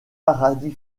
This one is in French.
paradis